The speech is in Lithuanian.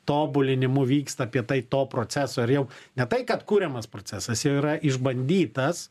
tobulinimų vyksta apie tai to proceso ir jau ne tai kad kuriamas procesas jau yra išbandytas